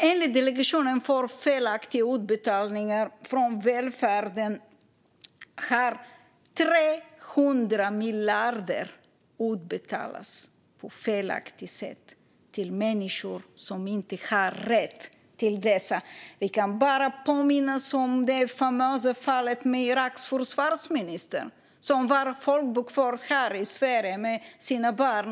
Enligt Delegationen för korrekta utbetalningar från välfärdssystemen har 300 miljarder utbetalats på felaktigt sätt till människor som inte har rätt till dessa. Vi kan bara påminna oss om det famösa fallet med Iraks försvarsminister som var folkbokförd här i Sverige med sina barn.